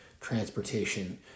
transportation